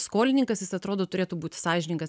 skolininkas jis atrodo turėtų būti sąžiningas